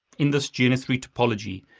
in this g n s three topology,